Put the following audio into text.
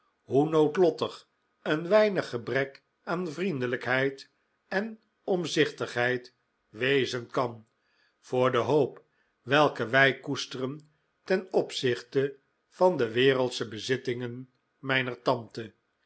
hoe noodlottig een weinig gebrek aan vriendelijkheid en omzichtigheid wezen kan voor de hoop welke wij koesteren ten opzichte van de wereldsche bezittingen mijner tante